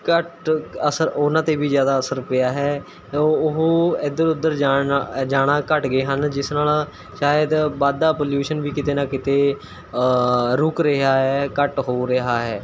ਘੱਟ ਅਸਰ ਉਹਨਾਂ 'ਤੇ ਵੀ ਜ਼ਿਆਦਾ ਅਸਰ ਪਿਆ ਹੈ ਉਹ ਉਹ ਇੱਧਰ ਉੱਧਰ ਜਾਣ ਨਾਲ ਅ ਜਾਣਾ ਘੱਟ ਗਏ ਹਨ ਜਿਸ ਨਾਲ ਸ਼ਾਇਦ ਵੱਧਦਾ ਪੋਲਿਊਸ਼ਨ ਵੀ ਕਿਤੇ ਨਾ ਕਿਤੇ ਰੁਕ ਰਿਹਾ ਹੈ ਘੱਟ ਹੋ ਰਿਹਾ ਹੈ